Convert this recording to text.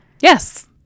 Yes